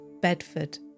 Bedford